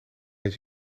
eens